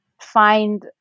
find